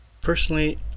Personally